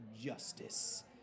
Justice